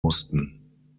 mussten